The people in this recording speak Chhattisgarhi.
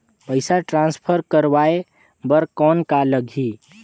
पइसा ट्रांसफर करवाय बर कौन का लगही?